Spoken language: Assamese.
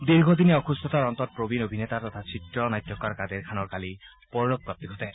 দীৰ্ঘদিনীয়া অসুস্থতাৰ অন্তত প্ৰবীণ অভিনেতা তথা চিত্ৰ নাট্যকাৰ কাদেৰ খানৰ কালি পৰলোক প্ৰাপ্তি ঘটে